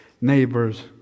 neighbor's